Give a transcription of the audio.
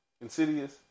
Insidious